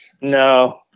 No